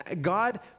God